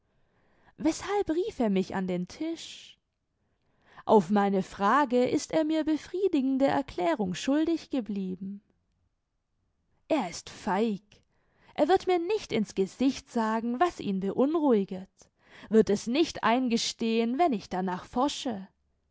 weßhalb rief er mich an den tisch auf meine frage ist er mir befriedigende erklärung schuldig geblieben er ist feig er wird mir nicht in's gesicht sagen was ihn beunruhiget wird es nicht eingestehen wenn ich danach forsche